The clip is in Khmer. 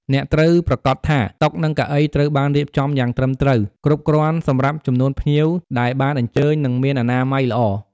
អ្នកត្រូវប្រាកដថា តុ និងកៅអី ត្រូវបានរៀបចំយ៉ាងត្រឹមត្រូវ គ្រប់គ្រាន់សម្រាប់ចំនួនភ្ញៀវដែលបានអញ្ជើញ និងមានអនាម័យល្អ។